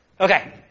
Okay